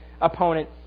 opponent